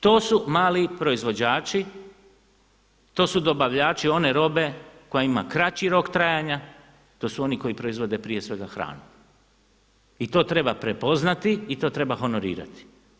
To su mali proizvođači, to su dobavljači one robe koja ima kraći rok trajanja, to su oni koji proizvode prije svega hranu i to treba prepoznati i to treba honorirati.